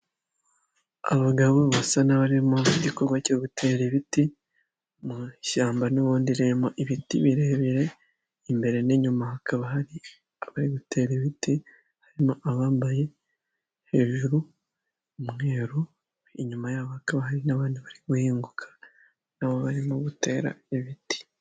Abagabo basa n'abari mu gikorwa cyo gutera ibiti mu ishyamba n'ubundimo ibiti birebire. Imbere n'inyuma hakaba hari abari gutera ibiti, harimo abambaye umweru inyuma yabo hakaba hari n'abandi bari guhinguka nabo barimo gutera ibiti.